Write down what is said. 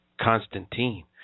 Constantine